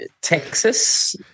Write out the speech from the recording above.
Texas